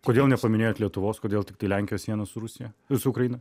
kodėl nepaminėjot lietuvos kodėl tiktai lenkijos sienos su rusija su ukraina